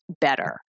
better